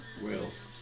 Whales